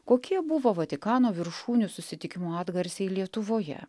kokie buvo vatikano viršūnių susitikimo atgarsiai lietuvoje